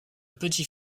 petit